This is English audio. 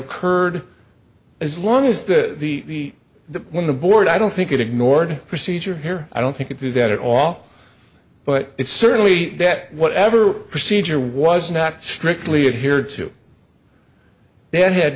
occurred as long as the the the when the board i don't think it ignored procedure here i don't think it did at all but it certainly that whatever procedure was not strictly adhered to then had